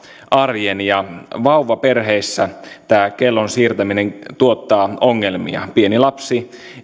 arjen vauvaperheissä tämä kellon siirtäminen tuottaa ongelmia pieni lapsi